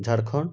Jharkhand